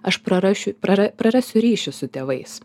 aš prarašiu prarasiu ryšį su tėvais